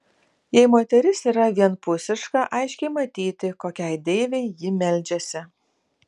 jei moteris yra vienpusiška aiškiai matyti kokiai deivei ji meldžiasi